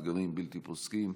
אתגרים בלתי פוסקים.